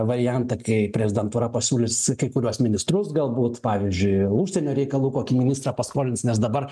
variantą kai prezidentūra pasiūlys kai kuriuos ministrus galbūt pavyzdžiui užsienio reikalų ministrą paskolins nes dabar